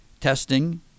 testing